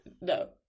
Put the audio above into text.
no